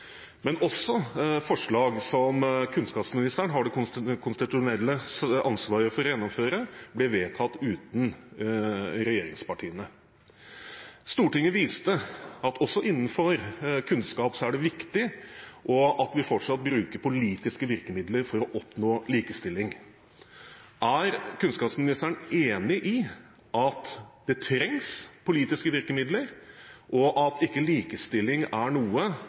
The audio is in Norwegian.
Men også forslag som kunnskapsministeren har det konstitusjonelle ansvaret for å gjennomføre, ble vedtatt uten regjeringspartiene. Stortinget viste at også innenfor kunnskap er det viktig at vi fortsatt bruker politiske virkemidler for å oppnå likestilling. Er kunnskapsministeren enig i at det trengs politiske virkemidler, at likestilling ikke er noe som kommer av seg selv, og at likestillingsutfordringene ikke er noe